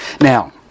Now